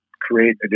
create